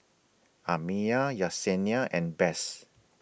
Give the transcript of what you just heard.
Amiya Yessenia and Bess